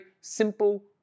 simple